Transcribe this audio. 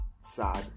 sad